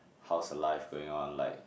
how's her life going on like